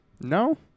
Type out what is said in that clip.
No